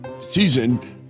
season